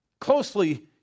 closely